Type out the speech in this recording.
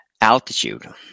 altitude